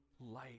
light